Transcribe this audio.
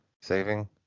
saving